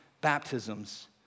baptisms